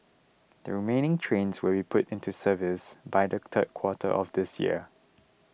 the remaining trains will be put into service by the third quarter of this year